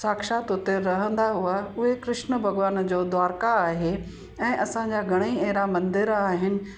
साक्षात हुते रहंदा हुआ उहे कृष्ण भॻिवान जो द्वारका आहे ऐं असांजा घणे ई अहिड़ा मंदर आहिनि